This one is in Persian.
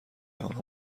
آنها